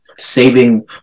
Saving